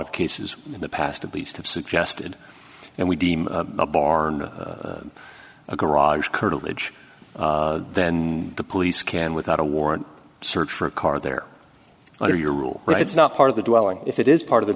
of cases in the past at least have suggested and we deem a barn a garage curtilage then the police can without a warrant search for a car there are your rules right it's not part of the dwelling if it is part of the